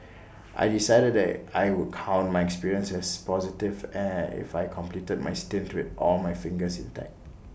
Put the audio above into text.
I decided that I would count my experience as positive and if I completed my stint with all my fingers intact